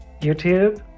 YouTube